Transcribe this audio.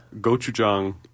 gochujang